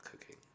cooking